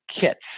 kits